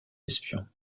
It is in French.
espions